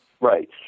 Right